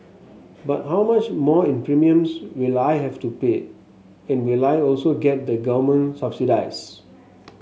but how much more in premiums will I have to pay and will I also get the government subsidies